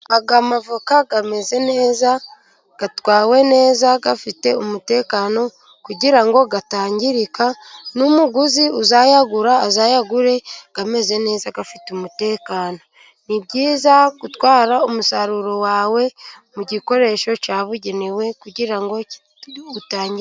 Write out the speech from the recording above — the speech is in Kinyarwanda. Aya mavoka ameze neza, atwawe neza, afite umutekano kugira ngo atangirika, n'umuguzi uzayagura azayagure ameze neza, afite umutekano. Ni byiza gutwara umusaruro wawe mu gikoresho cyabugenewe, kugira ngo utangirika.